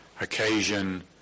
occasion